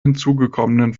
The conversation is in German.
hinzugekommenen